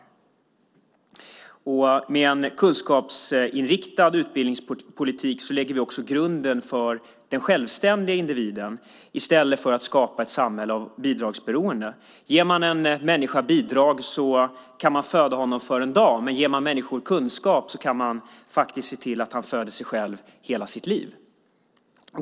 Med en kunskapsinriktad utbildningspolitik lägger vi också grunden för den självständiga individen i stället för att skapa ett samhälle av bidragsberoende. Ger man en människa bidrag kan man föda honom för en dag, men ger man en människa kunskap kan man faktiskt se till att han föder sig själv hela sitt liv.